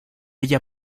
ella